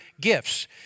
gifts